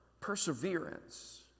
Perseverance